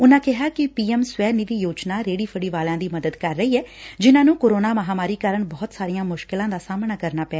ਉਨੂਾ ਕਿਹਾ ਕਿ ਪੀ ਐਮ ਸਵੈ ਨਿਧੀ ਯੋਜਨਾ ਰੇੜੀ ਫੜੀ ਵਾਲਿਆਂ ਦੀ ਮਦਦ ਕਰ ਰਹੀ ਐ ਜਿਨੂਾਂ ਨੂੰ ਕੋਰੋਨਾ ਮਹਾਂਮਾਰੀ ਕਾਰਨ ਬਹੁਤ ਸਾਰੀਆਂ ਮੁਸ਼ਕਿਲਾਂ ਦਾ ਸਾਹਮਣਾ ਕਰਨਾ ਪਿਆ